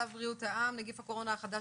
צו בריאות העם (נגיף הקורונה החדש)